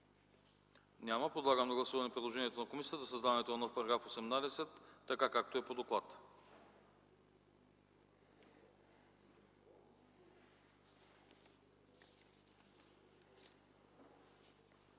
Няма. Подлагам на гласуване предложението на комисията за създаването на нов § 18, както е по доклада.